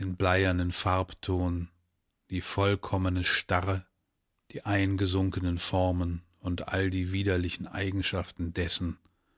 den bleiernen farbton die vollkommene starre die eingesunkenen formen und all die widerlichen eigenschaften dessen